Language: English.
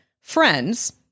friends